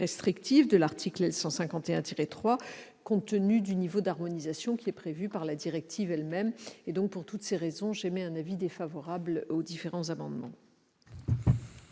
de l'article L. 151-3, compte tenu du niveau d'harmonisation prévu par la directive elle-même. Pour toutes ces raisons, j'émets un avis défavorable sur les quatre amendements.